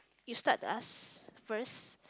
you start to ask first